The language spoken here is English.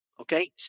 Okay